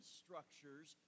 structures